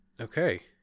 Okay